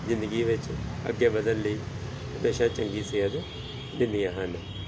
ਜ਼ਿੰਦਗੀ ਵਿੱਚ ਅੱਗੇ ਵਧਣ ਲਈ ਹਮੇਸ਼ਾ ਚੰਗੀ ਸੇਧ ਦਿੰਦੀਆਂ ਹਨ